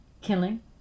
killing